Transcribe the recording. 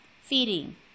Feeding